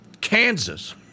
Kansas